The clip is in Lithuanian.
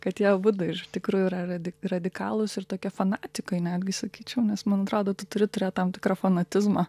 kad jie abudu iš tikrųjų yra radik radikalūs ir tokie fanatikai netgi sakyčiau nes man atrodo tu turi turėt tam tikrą fanatizmą